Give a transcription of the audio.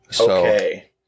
Okay